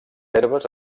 herbes